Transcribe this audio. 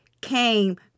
came